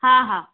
हा हा